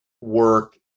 work